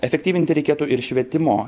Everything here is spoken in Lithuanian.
efektyvinti reikėtų ir švietimo